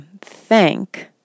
Thank